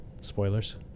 Spoilers